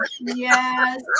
Yes